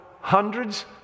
hundreds